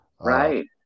right